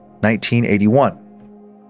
1981